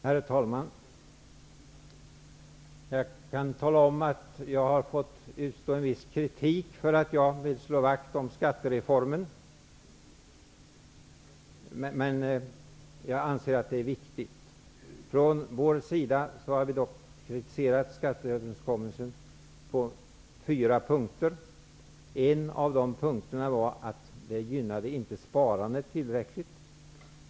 Herr talman! Jag kan tala om att jag har fått utstå en viss kritik för att jag vill slå vakt om skattereformen. Men jag anser att den är viktig. Från vår sida har vi dock kritiserat skatteöverenskommelsen på fyra punkter. En av de punkterna var att reformen inte gynnade sparandet tillräckligt.